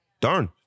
darn